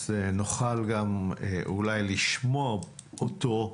אז נוכל גם אולי לשמוע אותו,